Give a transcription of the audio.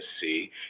see